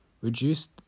reduced